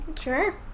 Sure